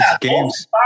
games